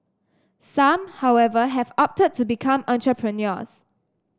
some however have opted to become entrepreneurs